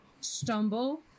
stumble